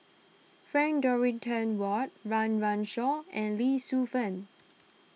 Frank Dorrington Ward Run Run Shaw and Lee Shu Fen